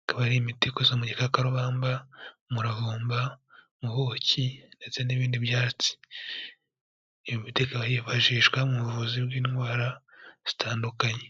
ikaba ari imiti ikoze mu gikakarubamba, umuravumba, mu buki ndetse n'ibindi byatsi, iyo miti ikaba yifashishwa mu buvuzi bw'indwara zitandukanye.